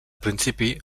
principi